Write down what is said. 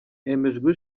hemejwe